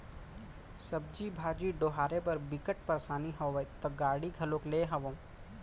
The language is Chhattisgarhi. सब्जी भाजी डोहारे बर बिकट परसानी होवय त गाड़ी घलोक लेए हव